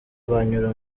banyura